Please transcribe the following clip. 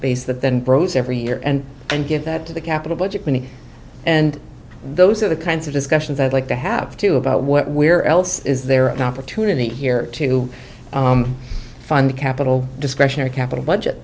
base that then rose every year and and give that to the capital budget money and those are the kinds of discussions i'd like to have too about what where else is there an opportunity here to find the capital discretionary capital budget